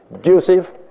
Joseph